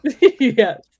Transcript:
yes